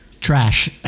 Trash